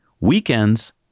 weekends